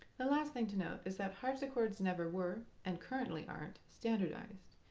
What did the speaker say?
the last thing to note is that harpsichords never were and currently aren't standardized,